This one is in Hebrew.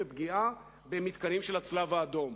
פגיעה במתקנים של הצלב-האדום.